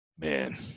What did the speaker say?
Man